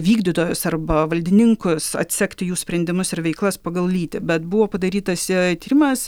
vykdytojus arba valdininkus atsekti jų sprendimus ir veiklas pagal lytį bet buvo padarytas a tyrimas